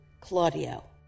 Claudio